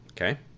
Okay